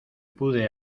pude